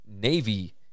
Navy